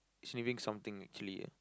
it's leaving something actually eh